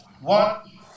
One